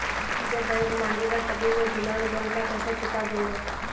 जब बैंक मांगेगा तभी मैं डिमांड लोन का पैसा चुका दूंगा